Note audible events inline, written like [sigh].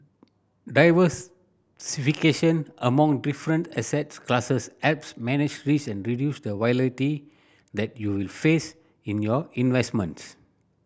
diversification among different assets classes helps manage risk and reduce the [unintelligible] that you will face in your investments